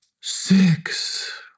six